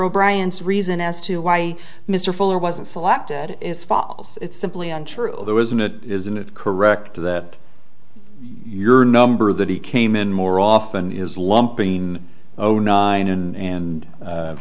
o'brien's reason as to why mr fuller wasn't selected is falls it's simply untrue there isn't it isn't it correct that your number that he came in more often is lumping zero nine and